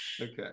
Okay